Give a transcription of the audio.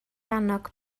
annog